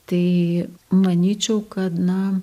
tai manyčiau kad na